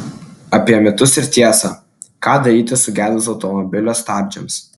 apie mitus ir tiesą ką daryti sugedus automobilio stabdžiams